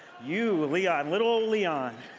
you, leon, little leon.